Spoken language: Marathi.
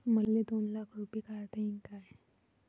मले दोन लाख रूपे काढता येईन काय?